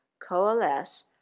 coalesce